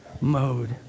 mode